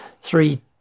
three